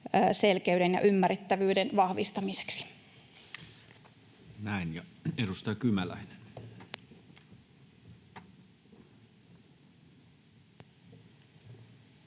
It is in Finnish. selkeyden ja ymmärrettävyyden vahvistamiseksi. Näin. — Ja edustaja Kymäläinen. Arvoisa